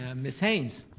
ah miss haynes?